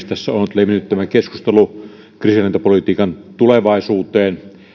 tässä on nyt levinnyt tämä keskustelu kriisinhallintapolitiikan tulevaisuuteen